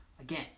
again